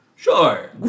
Sure